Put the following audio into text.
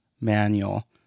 manual